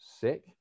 Sick